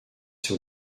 sur